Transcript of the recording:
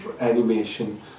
Animation